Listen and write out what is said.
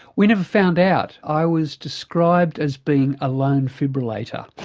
we never found out. i was described as being a lone fibrillator.